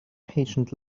patient